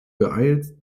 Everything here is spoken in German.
beeilst